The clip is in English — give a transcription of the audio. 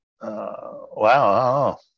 Wow